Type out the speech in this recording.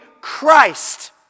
Christ